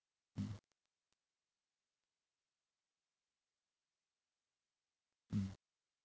mm mm